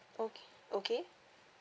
okay okay